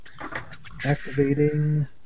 Activating